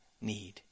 need